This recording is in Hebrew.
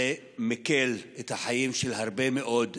זה מקל את החיים של הרבה מאוד אזרחים,